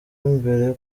mbere